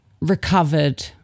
recovered